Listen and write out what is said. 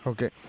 Okay